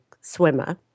swimmer